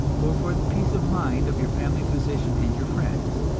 or for the peace of mind of your family physician and your friends,